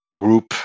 group